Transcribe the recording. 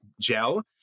gel